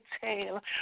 tail